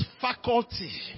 faculty